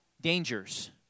dangers